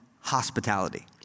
hospitality